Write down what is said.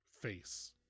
face